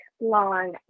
long